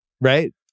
Right